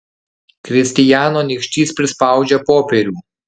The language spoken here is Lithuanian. kristijano nykštys prispaudžia popierių